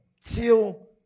till